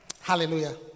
Hallelujah